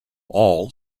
all